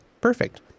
Perfect